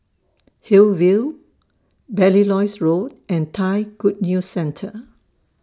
Hillview Belilios Road and Thai Good News Centre